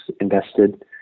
invested